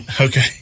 Okay